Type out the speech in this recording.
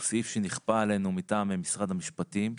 הוא סעיף שנכפה עלינו מטעם משרד המשפטים.